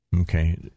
Okay